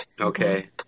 Okay